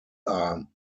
are